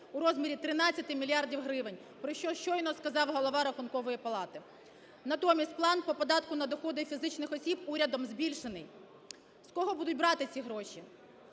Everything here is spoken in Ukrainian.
у розмірі 13 мільярдів гривень, про що щойно сказав голова Рахункової палати. Натомість план по податку на доходи фізичних осіб урядом збільшений. З кого будуть брати ці гроші,